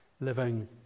living